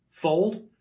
fold